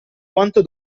quanto